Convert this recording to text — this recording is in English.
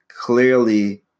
clearly